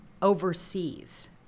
overseas